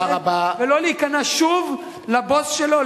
ולא להיכנע שוב לבוס שלו,